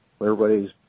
everybody's